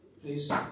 please